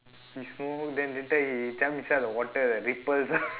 he then later he jump inside the water and ripples